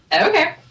okay